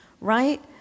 right